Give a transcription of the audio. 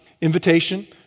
Invitation